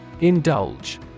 Indulge